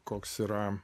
koks yra